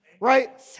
right